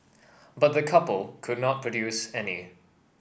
but the couple could not produce any